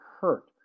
hurt